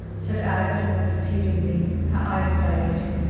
said alex almost pleadingly, her eyes dilating.